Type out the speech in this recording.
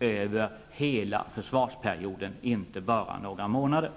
över hela försvarsperioden, inte bara några månader.